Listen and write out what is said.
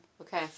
Okay